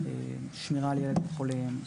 שמירה על ילדים חולים.